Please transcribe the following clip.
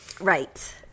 Right